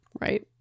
right